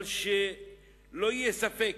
אבל שלא יהיה ספק,